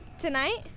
tonight